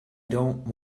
don’t